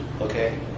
Okay